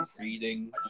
reading